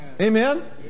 Amen